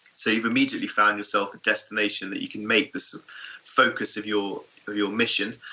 so you've immediately found yourself a destination that you can make the so focus of your your mission.